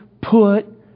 put